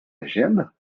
agenda